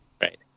Right